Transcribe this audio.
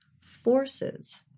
forces